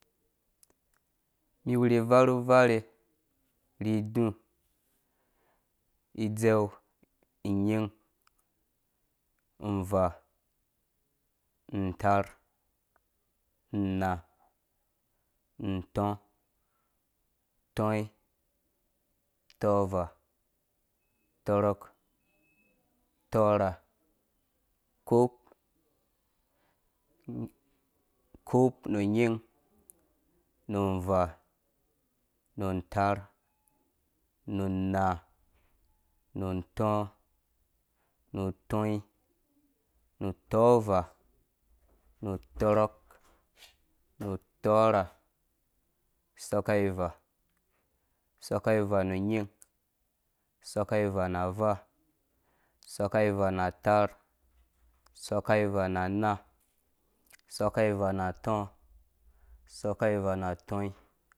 Mi wurhi varu varhe, ni idu, idzeu, inying, unvaa, untaar, unaa, untɔ, tɔnyin, tɔvaa, tɔrok, tovah, kop, kopnunyin, nu unvaa, nu nuntaar, nu maa, nu utɔ̃nu, tɔnyin na tɔvaa, nu tɔrɔk, nu tɔrha, soka ivaa, soka ivaa noyim, soka ivaa nataar, sɔka ivaana anaa, sɔka ivaa na atɔɔ, sɔka ivanaa na tɔyin.